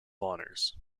honours